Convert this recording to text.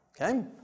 okay